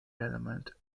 element